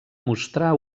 mostrar